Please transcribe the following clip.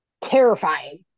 Terrifying